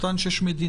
אותן 6 מדינות,